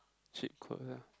cheat code lah